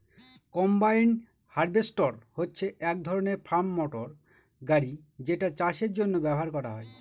combine harvester হচ্ছে এক ধরনের ফার্ম মটর গাড়ি যেটা চাষের জন্য ব্যবহার করা হয়